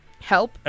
Help